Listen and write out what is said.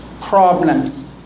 problems